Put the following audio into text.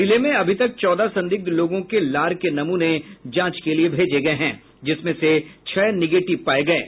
जिले में अभी तक चौदह संदिग्ध लोगों के लार के नमूने जांच के लिये भेजे गये हैं जिसमें से छह निगेटिव पाये गये हैं